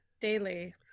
daily